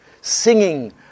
singing